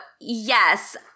yes